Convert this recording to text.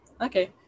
Okay